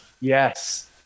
Yes